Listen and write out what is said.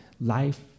life